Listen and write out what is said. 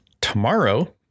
tomorrow